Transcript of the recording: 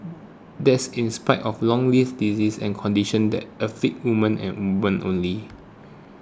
that's in spite of long list diseases and conditions that afflict women and women only